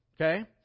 okay